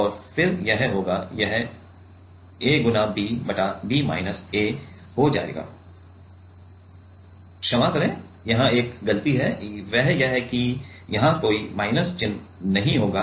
और फिर यह होगा यह ab बटा b माइनस a हो जायेगा क्षमा करें यहाँ एक गलती है वह यह है कि यहां कोई माइनस चिन्ह नहीं होगा